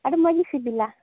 ᱟᱹᱰᱤ ᱢᱚᱸᱡᱽ ᱜᱮ ᱥᱤᱵᱤᱞᱟ